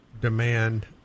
demand